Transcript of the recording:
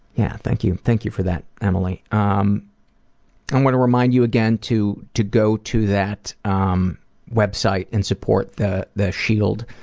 yeah, thank you, thank you for that, emily. um i'm gonna remind you again to to go to that um website and support the the shield